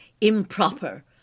improper